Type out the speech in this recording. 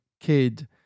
kid